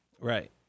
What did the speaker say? Right